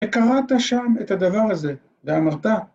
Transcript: ‫וקראת שם את הדבר הזה ואמרת...